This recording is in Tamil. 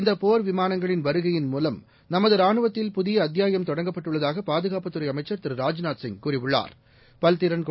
இந்தபோர் விமானங்களின் வருகையின் மூலம் நமதராணுவத்தில் புதியஅத்தியாயம் தொடங்கப்பட்டுள்ளதாகபாதுகாப்புத் துறைஅமைச்சா் திரு ராஜ்நாத்சிங் கூறியுள்ளாா்